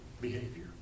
behavior